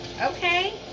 okay